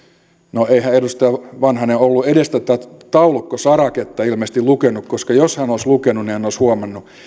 no eihän edustaja vanhanen ollut edes tätä taulukkosaraketta ilmeisesti lukenut koska jos hän olisi lukenut niin hän olisi huomannut